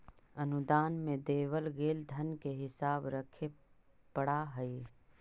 अनुदान में देवल गेल धन के हिसाब रखे पड़ा हई